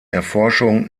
erforschung